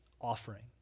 offering